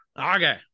Okay